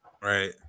Right